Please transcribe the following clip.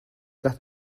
that